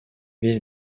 биз